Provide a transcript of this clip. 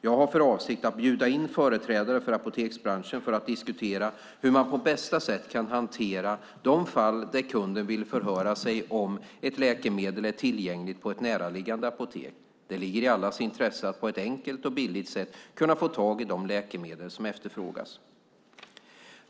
Jag har för avsikt att bjuda in företrädare för apoteksbranschen för att diskutera hur man på bästa sätt kan hantera de fall där kunden vill förhöra sig om huruvida ett läkemedel är tillgängligt på ett näraliggande apotek. Det ligger i allas intresse att på ett enkelt och billigt sätt kunna få tag i de läkemedel som efterfrågas.